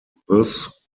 thus